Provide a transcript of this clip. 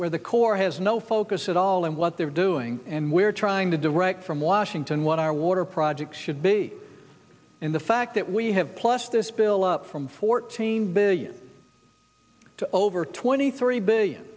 where the corps has no focus at all and what they're doing and we're trying to direct from washington what our water projects should be in the fact that we have plus this bill up from fourteen billion to over twenty three billion